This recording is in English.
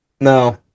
no